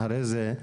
אחרי זה,